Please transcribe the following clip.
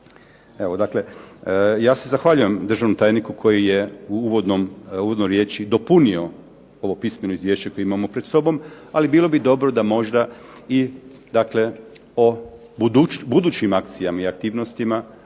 Evo dakle, ja se zahvaljujem državnom tajniku koji je u uvodnoj riječi dopunio ovo pismeno izvješće koje imamo pred sobom, ali bilo bi dobro da možda i o budućim akcijama i aktivnostima